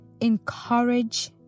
encourage